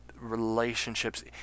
relationships